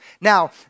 Now